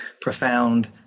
profound